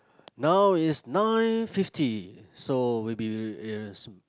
now is nine fifty so we be